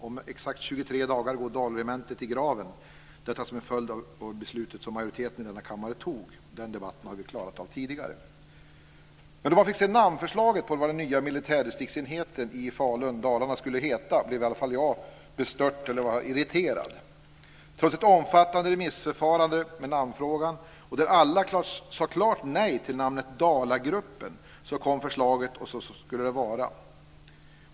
Om exakt 23 dagar går Dalregementet i graven - detta som en följd av ett beslut som majoriteten i denna kammare har fattat, så den debatten har vi tidigare klarat av. Men då man fick se namnförslaget när det gäller vad den nya militärdistriktsgruppen i Falun-Dalarna skulle heta blev i alla fall jag bestört eller åtminstone irriterad. Trots ett omfattande remissförfarande där alla klart sade nej till namnet Dalagruppen kom förslaget att så skulle det heta.